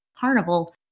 Carnival